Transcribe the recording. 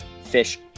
fish